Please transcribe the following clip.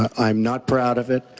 and i'm not proud of it.